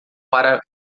para